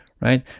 Right